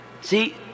See